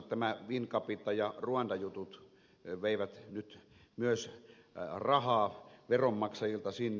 nämä wincapita ja ruanda jutut veivät nyt myös rahaa veronmaksajilta sinne